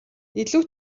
илүү